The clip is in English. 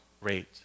rate